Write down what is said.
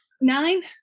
Nine